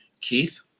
Keith